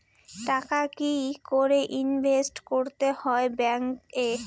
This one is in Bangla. টাকা কি করে ইনভেস্ট করতে হয় ব্যাংক এ?